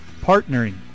partnering